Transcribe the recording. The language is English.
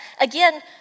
again